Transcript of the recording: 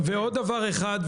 ועוד דבר אחד,